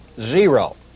zero